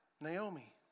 Naomi